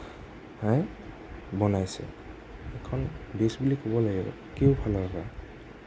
বনাইছে এইখন বেষ্ট বুলি ক'ব লাগিব কেইওফালৰ পৰা